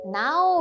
now